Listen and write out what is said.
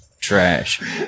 trash